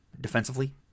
defensively